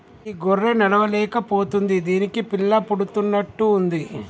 ఈ గొర్రె నడవలేక పోతుంది దీనికి పిల్ల పుడుతున్నట్టు ఉంది